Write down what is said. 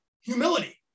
humility